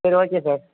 சரி okay sir